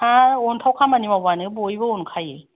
हा अनथाव खामानि मावबानो बायबो अनखायो